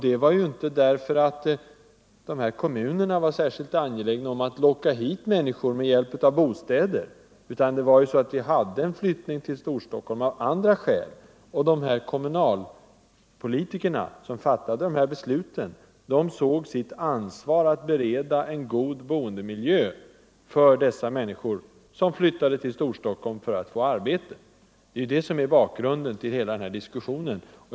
Det berodde inte på att de här kommunerna var särskilt angelägna om att locka till sig människor med hjälp av bostäder, utan det var ju så att vi hade en flyttning till Storstockholm av andra skäl. De kommunalpolitiker, som fattade besluten i fråga, såg som sitt ansvar att bereda en god miljö för de människor, som flyttade till Storstockholm för att få arbete. — Det är detta som är bakgrunden till hela den här diskussionen.